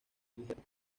ligero